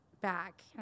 back